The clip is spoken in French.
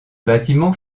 bâtiment